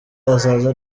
azaza